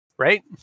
Right